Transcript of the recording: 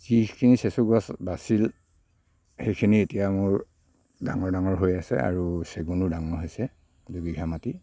যিখিনি চেচু গছ বাছিল সেইখিনি এতিয়া মোৰ ডাঙৰ ডাঙৰহৈ আছে আৰু চেগুনো ডাঙৰ হৈছে দুবিঘা মাটিৰ